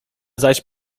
zaś